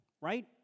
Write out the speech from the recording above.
right